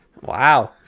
Wow